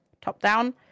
top-down